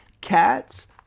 Cats